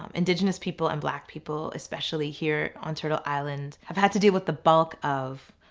um indigenous people and black people, especially here on turtle island, have had to deal with the bulk of